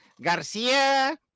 Garcia